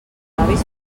avis